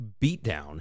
beatdown